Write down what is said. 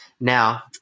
Now